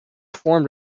formed